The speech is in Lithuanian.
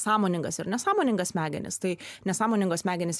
sąmoningas ir nesąmoningas smegenis tai nesąmoningos smegenys